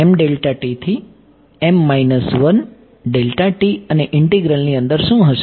થી અને ઇન્ટીગ્રલની અંદર શું હશે